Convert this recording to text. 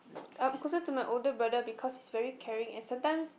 I'm closer to my older brother because he's very caring and sometimes